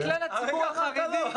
הרגע אמרת לא.